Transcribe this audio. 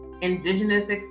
indigenous